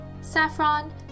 Saffron